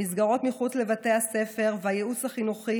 המסגרות מחוץ לבתי הספר והייעוץ החינוכי